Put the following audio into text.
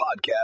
Podcast